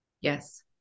Yes